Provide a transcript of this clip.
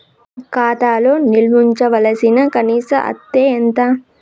ఖాతా లో నిల్వుంచవలసిన కనీస అత్తే ఎంత?